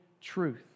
truth